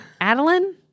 Adeline